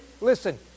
listen